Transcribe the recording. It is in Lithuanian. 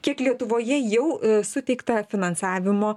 kiek lietuvoje jau suteikta finansavimo